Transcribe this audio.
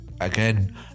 again